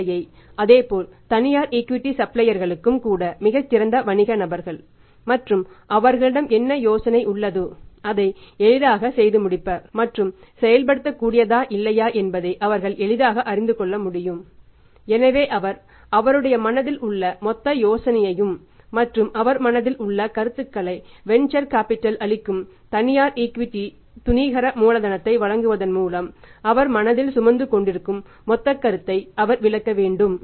venture capital அளிக்கும் தனியார் equity துணிகர மூலதனத்தை வழங்குவதன் மூலம் அவர் மனதில் சுமந்து கொண்டிருக்கும் மொத்த கருத்தை அவர் விளக்க வேண்டும்